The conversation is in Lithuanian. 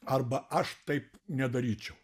arba aš taip nedaryčiau